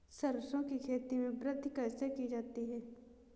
सरसो की खेती में वृद्धि कैसे की जाती है?